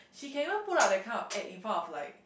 she can even put up that kind of act in front of like